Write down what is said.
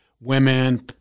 women